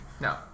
No